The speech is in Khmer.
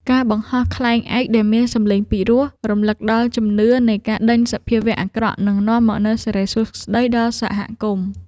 ការបង្ហោះខ្លែងឯកដែលមានសំឡេងពីរោះ រំលឹកដល់ជំនឿនៃការដេញសភាវៈអាក្រក់ និងនាំមកនូវសិរីសួស្តីដល់សហគមន៍។